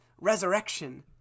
resurrection